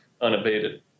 unabated